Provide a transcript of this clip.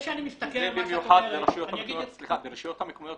חאג' יחיא (הרשימה המשותפת): זה במיוחד ברשויות המקומיות,